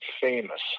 famous